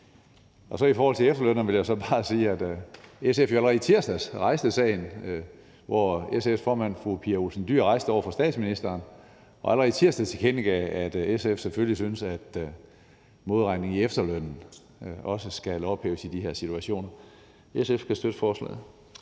I forhold til efterlønnere vil jeg bare sige, at SF jo allerede i tirsdags rejste sagen. SF's formand, fru Pia Olsen Dyhr, rejste den over for statsministeren og tilkendegav allerede i tirsdags, at SF selvfølgelig synes, at modregningen i efterlønnen også skal ophæves i de her situationer. SF kan støtte forslaget.